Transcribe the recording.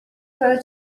para